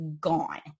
gone